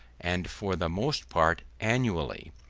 and for the most part annually,